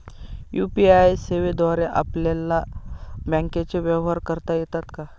UPI सेवेद्वारे आपल्याला बँकचे व्यवहार करता येतात का?